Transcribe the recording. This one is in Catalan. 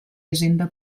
hisenda